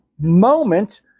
moment